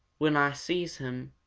when ah sees him,